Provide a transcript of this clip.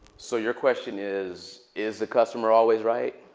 so your question is, is the customer always right?